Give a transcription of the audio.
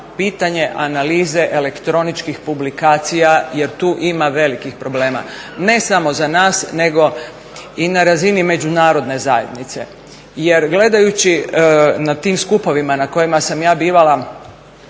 pitanje analize elektroničkih publikacija jer tu ima velikih problema ne samo za nas nego i na razini međunarodne zajednice. Jer gledajući na tim skupovima na kojima sam ja bivala,